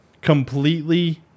completely